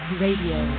radio